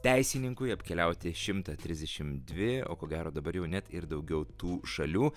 teisininkui apkeliauti šimtą trisdešim dvi o ko gero dabar jau net ir daugiau tų šalių